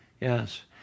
yes